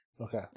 Okay